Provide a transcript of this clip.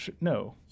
No